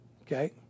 okay